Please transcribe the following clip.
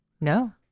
No